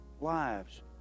lives